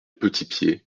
petitpied